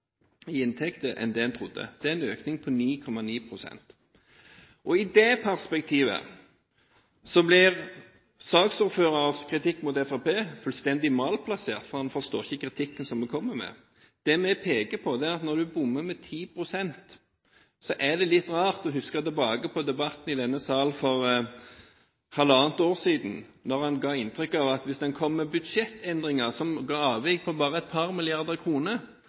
i inntekter enn det en trodde. Det er en økning på 9,9 pst. I det perspektivet blir saksordførerens kritikk mot Fremskrittspartiet fullstendig malplassert, for han forstår ikke kritikken som vi kommer med. Det vi peker på, er at når du bommer med 10 pst., er det litt rart å tenke tilbake på debatten i denne salen for halvannet år siden. Da ga en inntrykk av at hvis en kom med budsjettendringer som ga avvik på bare et par milliarder kroner,